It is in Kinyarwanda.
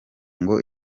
ngo